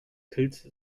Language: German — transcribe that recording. pilze